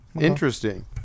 interesting